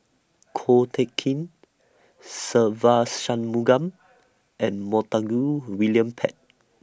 Ko Teck Kin Se Ve Shanmugam and Montague William Pett